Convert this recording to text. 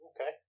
Okay